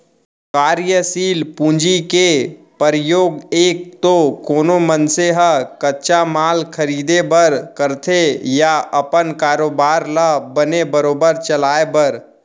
कारयसील पूंजी के परयोग एक तो कोनो मनसे ह कच्चा माल खरीदें बर करथे या अपन कारोबार ल बने बरोबर चलाय बर